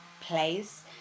place